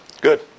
good